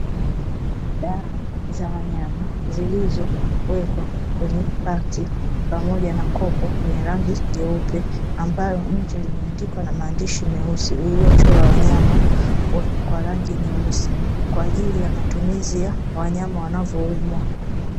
Dawa za wanyama zilizowekwa kwenye pakti pamoja na kopo lenye rangi jeupe, ambalo nje limeandikwa na maandishi meusi lililochorwa wanyama kwa rangi nyeusi kwa ajili ya matumizi ya wanyama wanavyoumwa.